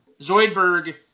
Zoidberg